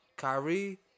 Kyrie